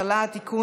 (תיקון,